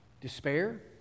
Despair